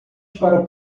para